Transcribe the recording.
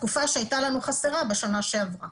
התקופה שהייתה חסרה לנו בשנה שעברה.